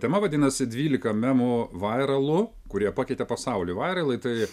tema vadinasi dvylika memų vairalų kurie pakeitė pasaulį vairalai tai